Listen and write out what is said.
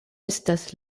estas